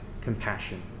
compassion